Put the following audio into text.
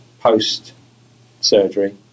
post-surgery